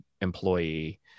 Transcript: employee